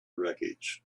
wreckage